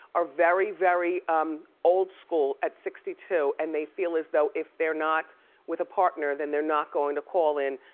are very, very um old-school at sixty two and they feel as though if they're not with a partner then they're not going to call in